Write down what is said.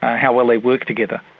how well they work together,